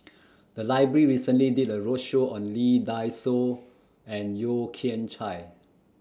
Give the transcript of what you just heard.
The Library recently did A roadshow on Lee Dai Soh and Yeo Kian Chai